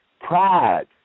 Pride